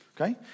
Okay